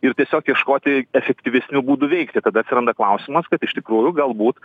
ir tiesiog ieškoti efektyvesnių būdų veikti tada atsiranda klausimas kad iš tikrųjų galbūt